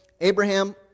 Abraham